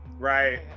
Right